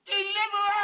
Deliver